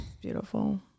beautiful